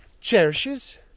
cherishes